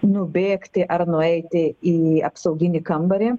nubėgti ar nueiti į apsauginį kambarį